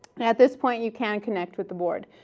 at this point, you can connect with the board.